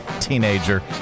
teenager